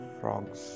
frogs